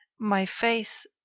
my faith